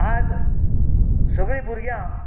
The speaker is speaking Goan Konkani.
आयज सगळीं भुरग्यां